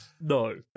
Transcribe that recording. No